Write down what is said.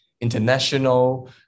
international